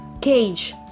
cage